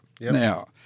now